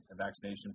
vaccination